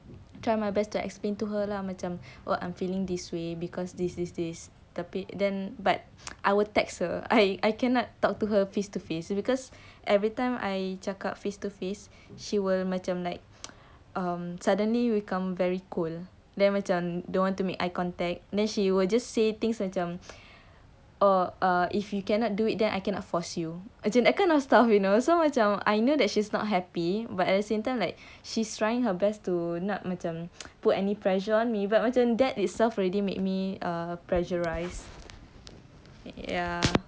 try my best to explain to her lah macam what I'm feeling this way because this this this tapi then but I will text her I I cannot talk to her face to face because every time I cakap face to face she will macam like um suddenly become very cold then macam don't want to make eye contact then she will just say things macam err err if you cannot do it then I cannot force you macam that kind of stuff you know so macam I know that she's not happy but at the same time like she's trying her best to not macam put any pressure on me but macam that itself already made me err pressurize ya